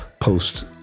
post